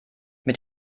mit